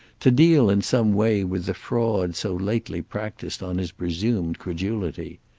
to deal in some way with the fraud so lately practised on his presumed credulity.